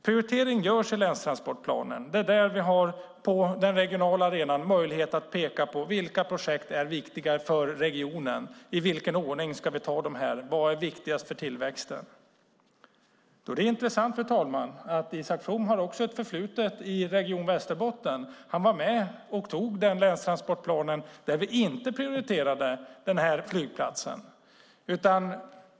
Prioritering görs i länstransportplanen. Det är där vi, på den regionala arenan, har möjlighet att peka på vilka projekt som är viktiga för regionen, i vilken ordning vi ska ta dem och vad som är viktigast för tillväxten. Isak From har ett förflutet i Region Västerbotten. Han var med och antog den länstransportplan där vi inte prioriterade den här flygplatsen.